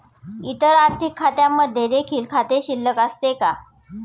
इतर आर्थिक खात्यांमध्ये देखील खाते शिल्लक असते का?